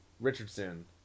Richardson